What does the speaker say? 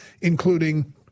including